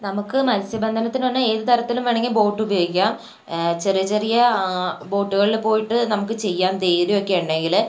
നമുക്ക് മത്സ്യബന്ധനത്തിനെന്നു പറഞ്ഞാൽ ഏതു തരത്തിലും വേണമെങ്കിൽ ബോട്ടു ഉപയോഗിക്കാം ചെറിയ ചെറിയ ബോട്ടുകളിൽ പോയിട്ട് നമുക്ക് ചെയ്യാം ധൈര്യമൊക്കെ ഉണ്ടങ്കിൽ